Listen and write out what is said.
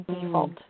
default